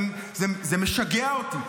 זה משגע אותי.